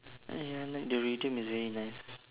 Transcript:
and I like the rhythm is very nice